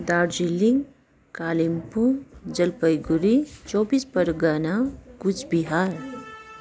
दार्जिलिङ कालिम्पोङ जलपाइगुडी चौबिस पर्गना कुच बिहार